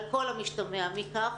על כל המשתמע מכך,